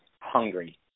hungry